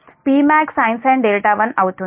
కాబట్టి Pmax sin 1 అవుతుంది